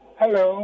hello